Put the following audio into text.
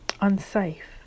unsafe